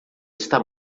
está